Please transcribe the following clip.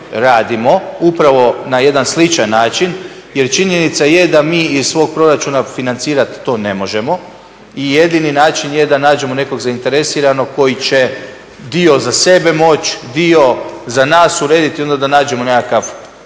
radimo upravo na jedan sličan način jer činjenica je da mi iz svog proračuna financirat to ne možemo i jedini način je da nađemo nekog zainteresiranog koji će dio za sebe moći, dio za nas urediti i onda da nađemo nekakav,